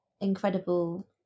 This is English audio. incredible